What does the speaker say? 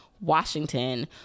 washington